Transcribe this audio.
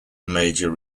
major